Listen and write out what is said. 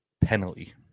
penalty